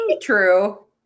True